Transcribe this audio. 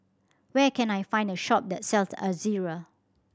where can I find a shop that sells Ezerra